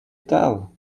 tell